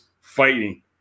fighting